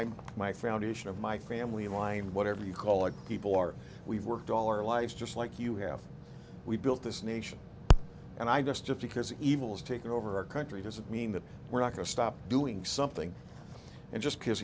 i'm my foundation of my family aligned whatever you call it people are we've worked all our lives just like you have we built this nation and i guess just because evil is taking over our country doesn't mean that we're not going to stop doing something and just